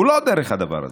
הוא לא דרך הדבר הזה.